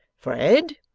fred!